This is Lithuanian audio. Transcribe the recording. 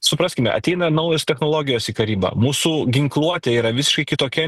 supraskime ateina naujos technologijos į karybą mūsų ginkluotė yra visiškai kitokia